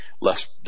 less